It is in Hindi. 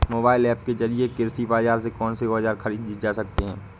मोबाइल ऐप के जरिए कृषि बाजार से कौन से औजार ख़रीदे जा सकते हैं?